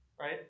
right